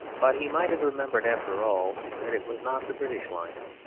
but he might have remembered, after all, that it was not the british lion,